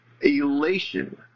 elation